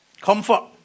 comfort